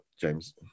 james